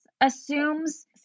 assumes